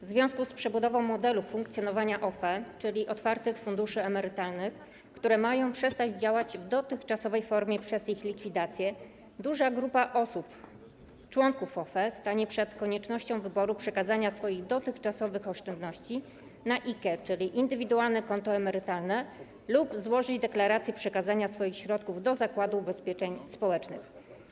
W związku z przebudową modelu funkcjonowania OFE, czyli otwartych funduszy emerytalnych, które mają przestać działać w dotychczasowej formie, przez ich likwidację, duża grupa osób, członków OFE stanie przed koniecznością wyboru przekazania swoich dotychczasowych oszczędności na IKE, czyli indywidualne konto emerytalne, lub złożenia deklaracji przekazania swoich środków do Zakładu Ubezpieczeń Społecznych.